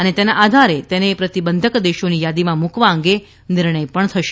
અને તેના આધારે તેને પ્રતિબંધક દેશોની યાદીમાં મૂકવા અંગે નિર્ણય થશે